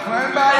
חד-משמעית.